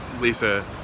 Lisa